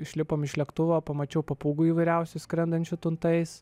išlipom iš lėktuvo pamačiau papūgų įvairiausių skrendančių tuntais